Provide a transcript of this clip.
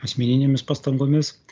asmeninėmis pastangomis